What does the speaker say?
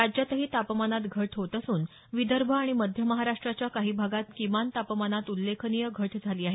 राज्यातही तापमानात घट होत असून विदर्भ आणि मध्य महाराष्ट्राच्या काही भागात किमान तापमानात उल्लेखनीय घट झाली आहे